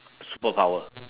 superpower